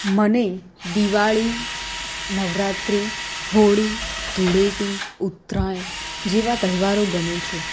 મને દિવાળી નવરાત્રિ હોળી ધૂળેટી ઉત્તરાયણ જેવા તહેવારો ગમે છે